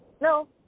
No